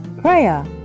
prayer